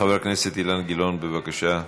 חבר הכנסת אילן גילאון, בבקשה.